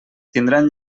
tindran